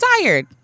tired